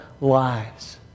lives